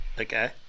Okay